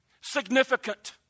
significant